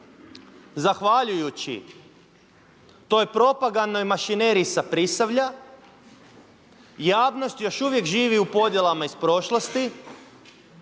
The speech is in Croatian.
zahvaljujući toj propagandnoj mašineriji sa Prisavlja javnost još uvijek živi u podjelama iz prošlosti,